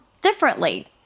differently